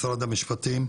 משרד המשפטים?